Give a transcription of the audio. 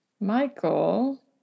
Michael